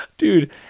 Dude